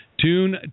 tune